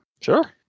Sure